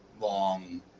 long